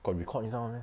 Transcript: got record inside [one] meh